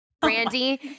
Brandy